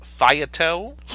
Fiato